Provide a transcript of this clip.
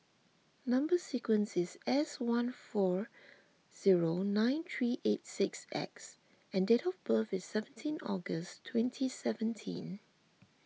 Number Sequence is S one four zero nine three eight six X and date of birth is seventeen August twenty seventeen